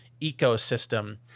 ecosystem